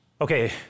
Okay